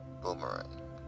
boomerang